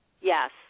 Yes